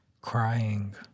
crying